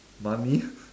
money